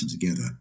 together